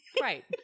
Right